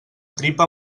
tripa